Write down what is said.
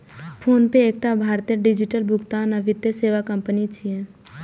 PhonePe एकटा भारतीय digital भुगतान आ वित्तीय सेवा कंपनी छियै